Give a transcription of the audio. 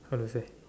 how to say